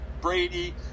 Brady